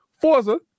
Forza